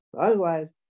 Otherwise